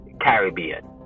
Caribbean